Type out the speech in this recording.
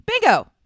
Bingo